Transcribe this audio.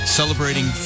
celebrating